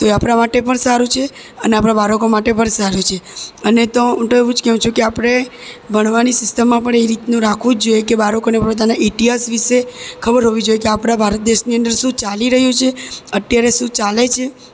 તો એ આપણાં માટે પણ સારું છે અને આપણાં બાળકો માટે પણ સારું છે અને તો હું તો એવું જ કહું છું કે આપણે ભણવાની સિસ્ટમમાં પણ એ રીતનું રાખવું જ જોઈએ કે બાળકોને પોતાના ઇતિહાસ વિશે ખબર હોવી જોઈએ કે આપણા ભારત દેશની અંદર શું ચાલી રહ્યું છે અત્યારે શું ચાલે છે